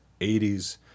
80s